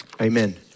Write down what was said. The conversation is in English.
Amen